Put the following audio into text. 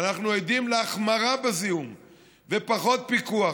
אבל אנחנו עדים להחמרה בזיהום ופחות פיקוח,